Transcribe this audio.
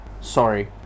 sorry